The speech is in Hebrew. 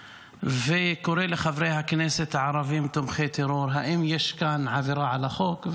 וקורא לחברי הכנסת הערבים "תומכי טרור" האם יש כאן עבירה על החוק,